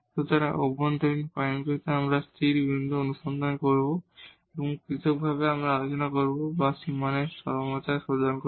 সুতরাং ইনটিরিওর পয়েন্টগুলিতে আমরা স্থির বিন্দু অনুসন্ধান করব এবং পৃথকভাবে আমরা পরিচালনা করব বা বাউন্ডারি এক্সট্রিমা সন্ধান করব